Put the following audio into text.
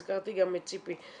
הזכרתי גם את ציפי,